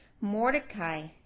Mordecai